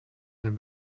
den